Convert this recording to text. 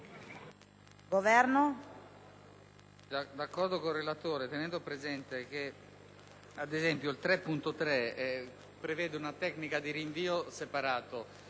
Governo,